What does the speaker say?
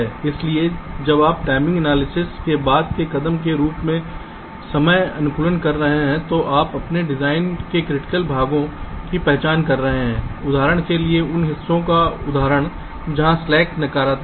इसलिए जब आप टाइमिंग एनालिसिस के बाद के कदम के रूप में समय अनुकूलन कर रहे हैं तो आप अपने डिजाइन के क्रिटिकल भागों की पहचान कर रहे हैं उदाहरण के लिए उन हिस्सों का उदाहरण जहां स्लैक नकारात्मक हैं